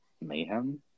Mayhem